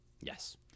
yes